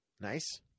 nice